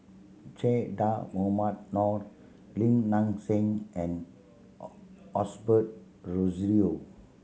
Che Dah Mohamed Noor Lim Nang Seng and Osbert Rozario